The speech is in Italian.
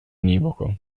univoco